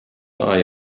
eye